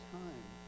time